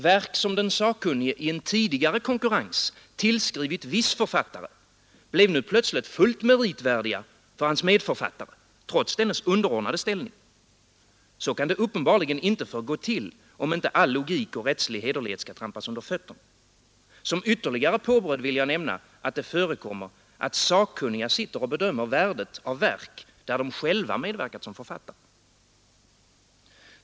Verk som den sakkunnige i en tidigare konkurrens tillskrivit viss författare blev nu plötsligt fullt meritvärdiga för hans medförfattare, trots dennes underordnade ställning. Så kan det uppenbarligen inte få gå till, om inte all logik och rättslig hederlighet skall trampas under fötterna. Som ytterligare påbröd vill jag nämna, att det förekommer att sakkunniga sitter och bedömer värdet av verk där de själva medverkat som författare.